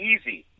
Easy